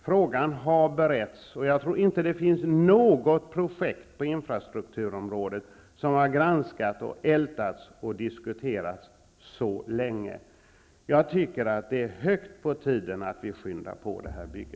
Frågan har beretts, och jag tror inte att det finns något projekt på infrastrukturområdet som har granskats, ältats och diskuterats så länge. Jag tycker att det är hög tid att vi skyndar på detta bygge.